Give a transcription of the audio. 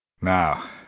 Now